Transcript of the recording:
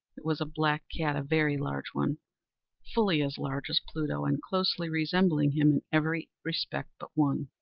it was a black cat a very large one fully as large as pluto, and closely resembling him in every respect but one.